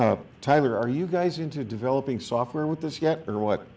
or are you guys into developing software with this yet or what